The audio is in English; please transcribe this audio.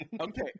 Okay